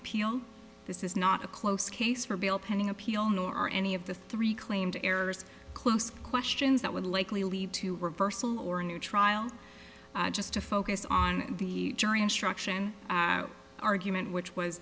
appeal this is not a close case for bail pending appeal nor are any of the three claimed errors close questions that would likely lead to a reversal or a new trial just to focus on the jury instruction argument which was